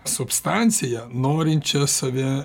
substancija norinčia save